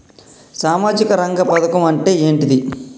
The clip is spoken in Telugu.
సామాజిక రంగ పథకం అంటే ఏంటిది?